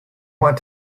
want